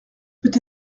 peut